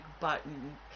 button